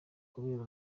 kubera